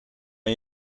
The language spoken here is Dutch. kan